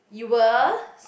you were